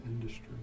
industry